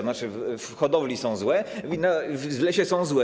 Znaczy, w hodowli są złe i lesie są złe.